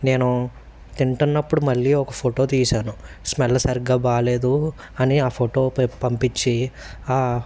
నేను తింటున్నప్పుడు మళ్ళీ ఒక ఫోటో తీశాను స్మెల్ సరిగ్గా బాగాలేదు అని ఆ ఫోటో పంపించి ఆ